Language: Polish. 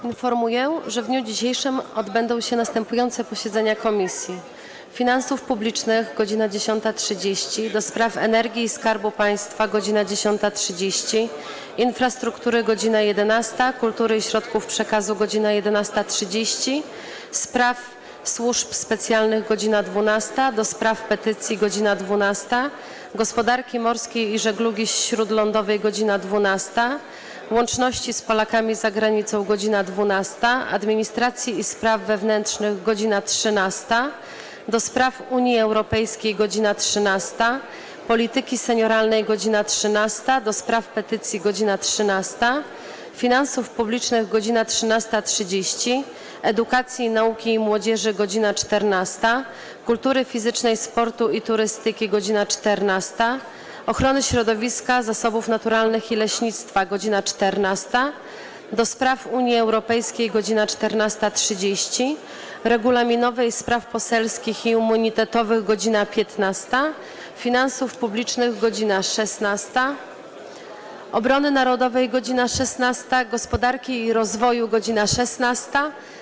Informuję, że w dniu dzisiejszym odbędą się następujące posiedzenia Komisji: - Finansów Publicznych - godz. 10.30, - do Spraw Energii i Skarbu Państwa - godz. 10.30, - Infrastruktury - godz. 11, - Kultury i Środków Przekazu - godz. 11.30, - Spraw Służb Specjalnych - godz. 12, - do Spraw Petycji - godz. 12, - Gospodarski Morskiej i Żeglugi Śródlądowej - godz. 12, - Łączności z Polakami za Granicą - godz. 12, - Administracji i Spraw Wewnętrznych - godz. 13, - do Spraw Unii Europejskiej - godz. 13, - Polityki Senioralnej - godz. 13, - do Spraw Petycji - godz. 13, - Finansów Publicznych - godz. 13.30, - Edukacji, Nauki i Młodzieży - godz. 14, - Kultury Fizycznej, Sportu i Turystyki - godz. 14, - Ochrony Środowiska, Zasobów Naturalnych i Leśnictwa - godz. 14, - do Spraw Unii Europejskiej - godz. 14.30, - Regulaminowej Spraw Poselskich i Immunitetowych - godz. 15, - Finansów Publicznych - godz. 16, - Obrony Narodowej - godz. 16, - Gospodarki i Rozwoju - godz. 16,